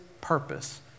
purpose